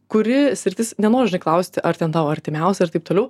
kuri sritis nenoriu žinai klausti ar ten tau artimiausia ir taip toliau